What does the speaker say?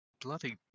bloody